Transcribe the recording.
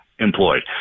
employed